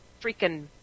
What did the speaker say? freaking